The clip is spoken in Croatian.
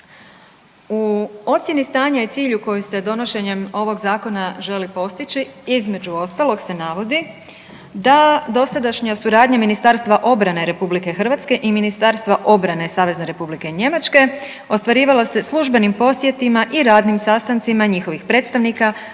U ocjeni stanja i cilju koji se donošenjem ovog zakona želi postići, između ostalog se navodi da dosadašnja suradnja Ministarstva obrane Republike Hrvatske i Ministarstva obrane Savezne Republike Njemačke ostvarivalo se službenim posjetima i radnim sastancima njihovih predstavnika, razmjenom